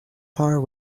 far